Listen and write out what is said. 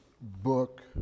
book